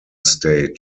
state